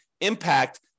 impact